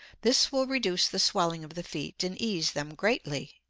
this will reduce the swelling of the feet and ease them greatly.